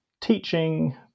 teaching